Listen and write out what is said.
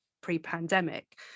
pre-pandemic